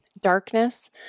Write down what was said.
darkness